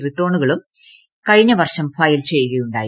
റിട്ടേണുകളും കഴിഞ്ഞ വർഷം ഫയൽ ചെയ്യുകയുണ്ടായി